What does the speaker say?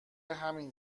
همین